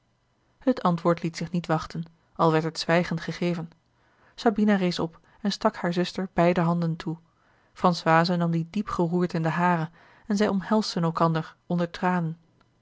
het antwoord liet zich niet wachten al werd het zwijgend gegeven sabina rees op en stak hare zuster beide handen toe françoise nam die diep geroerd in de hare en zij omhelsden elkander onder tranen